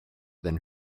than